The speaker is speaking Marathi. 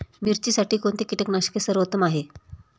मिरचीसाठी कोणते कीटकनाशके सर्वोत्तम आहे?